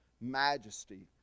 majesty